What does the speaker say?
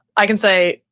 i can say,